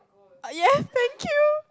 ya thank you